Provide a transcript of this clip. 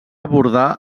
abordar